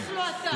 בטח לא אתה.